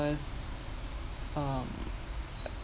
was um